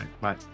bye